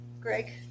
Greg